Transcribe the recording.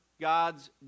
God's